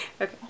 Okay